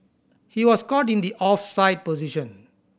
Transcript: he was caught in the offside position